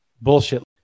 bullshit